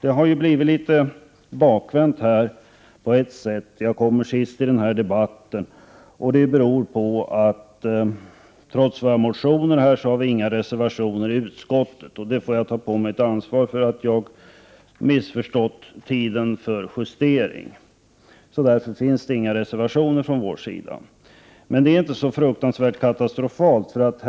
Det har blivit en litet bakvänd ordning. Jag kommer upp sist i debatten, och det beror på att miljöpartiet trots våra motioner inte har några reservationer till betänkandet. Det får jag ta på mitt ansvar. Jag misstog mig på tiden för justering, och därför finns det inga reservationer från miljöpartiets sida. Men det är inte så fruktansvärt katastrofalt.